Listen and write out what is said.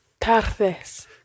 Tardes